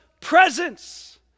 presence